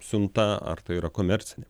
siunta ar tai yra komercinė